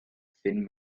thin